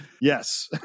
Yes